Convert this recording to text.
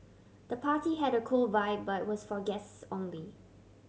the party had a cool vibe but was for guests only